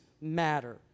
matter